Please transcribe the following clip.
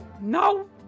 No